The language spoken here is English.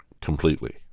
completely